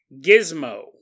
Gizmo